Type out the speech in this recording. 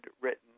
written